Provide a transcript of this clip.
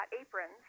aprons